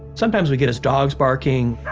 sometimes we'd get his dogs barking,